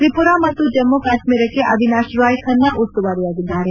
ಕ್ರಿಮರಾ ಮತ್ತು ಜಮ್ಮು ಕಾಶ್ಮೀರಕ್ಕೆ ಅವಿನಾಶ್ ರಾಯ್ ಖನ್ನಾ ಉಸ್ತುವಾರಿಯಾಗಿದ್ದಾರೆ